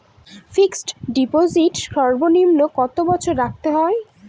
Fixed deposit সর্বনিম্ন কত বছর রাখতে হয়?